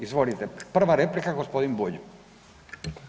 Izvolite, prva replika gospodin Bulj.